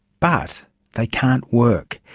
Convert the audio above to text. but they can't work.